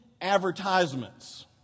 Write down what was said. advertisements